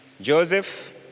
joseph